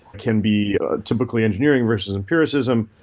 can be typically engineering versus empiricism,